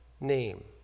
name